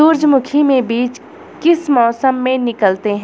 सूरजमुखी में बीज किस मौसम में निकलते हैं?